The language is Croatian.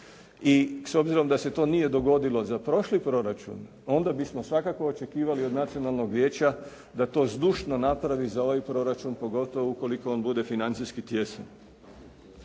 i s obzirom da se to nije dogodilo za prošli proračun onda bismo svakako očekivali od nacionalnog vijeća da to zdušno napravi za ovaj proračun pogotovo ukoliko on bude financijski tijesan.